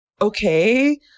okay